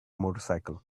motorcycle